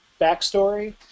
backstory